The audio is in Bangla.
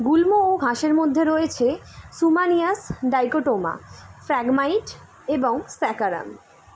গুল্ম ও ঘাসের মধ্যে রয়েছে শুমানিয়াস ডাইকোটোমা ফ্রাগমাইট এবং স্যাকারাম